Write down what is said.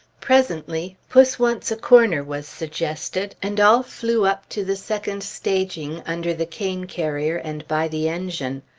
presently puss wants a corner was suggested, and all flew up to the second staging, under the cane-carrier and by the engine.